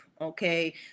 Okay